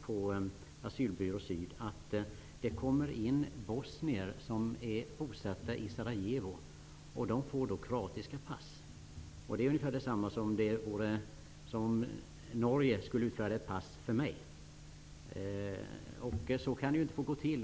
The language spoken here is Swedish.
för Asylbyrå syd. Det kommer in bosnier som är bosatta i Sarajevo. Dessa får kroatiska pass. Det är ungefär detsamma som om Norge skulle utfärda ett pass för mig. Så kan det ju inte få gå till.